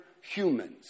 humans